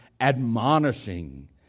admonishing